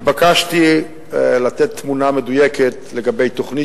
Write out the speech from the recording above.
התבקשתי לתת תמונה מדויקת לגבי תוכנית